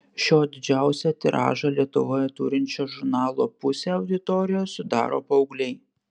šio didžiausią tiražą lietuvoje turinčio žurnalo pusę auditorijos sudaro paaugliai